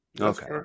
Okay